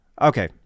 Okay